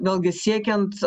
vėlgi siekiant